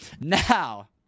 Now